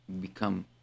become